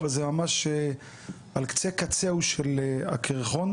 אבל זה ממש על קצה קצהו של הקרחון.